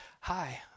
hi